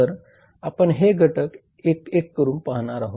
तर आपण हे घटक एक एक करून पाहूया